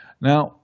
Now